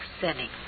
sinning